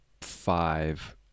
five